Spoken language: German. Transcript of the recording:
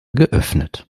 geöffnet